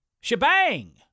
Shebang